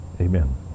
Amen